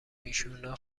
ایشونا